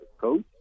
coach